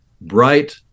bright